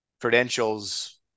credentials